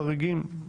חריגים.